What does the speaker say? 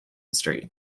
street